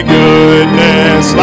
goodness